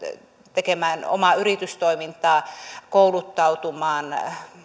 tekemään omaa yritystoimintaa kouluttautumaan